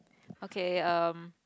okay um